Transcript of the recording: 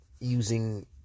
using